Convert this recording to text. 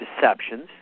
deceptions